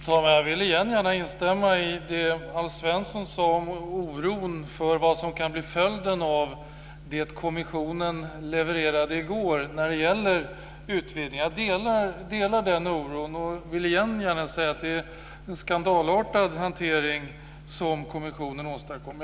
Fru talman! Jag vill igen gärna instämma i det som Alf Svensson sade om oron för vad som kan bli följden av det som kommissionen levererade i går när det gäller utvidgningen. Jag delar den oron. Det är en skandalartad hantering som kommissionen åstadkom.